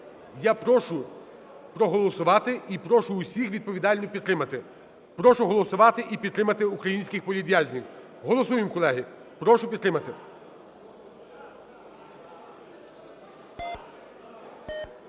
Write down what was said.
Я прошу проголосувати і прошу всіх відповідально підтримати. Прошу голосувати і підтримати українських політв'язнів. Голосуємо, колеги, прошу підтримати.